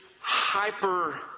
hyper